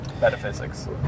metaphysics